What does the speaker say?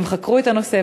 הם חקרו את הנושא,